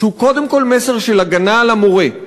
שהוא קודם כול מסר של הגנה על המורה,